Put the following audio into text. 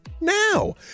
now